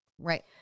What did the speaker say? Right